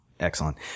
Excellent